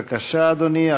בבקשה, אדוני.